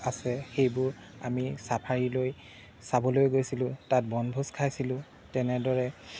আছে সেইবোৰ আমি ছাফাৰি লৈ চাবলৈ গৈছিলোঁ তাত বনভোজ খাইছিলোঁ তেনেদৰে